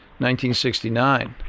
1969